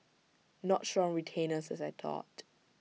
not strong retainers as I thought